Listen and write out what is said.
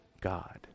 God